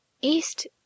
East